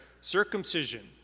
circumcision